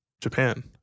Japan